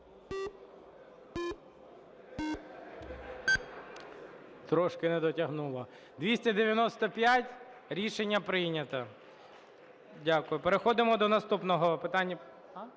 Трошки не дотягнули. 295, рішення прийнято. Дякую. Переходимо до наступного питання…